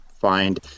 find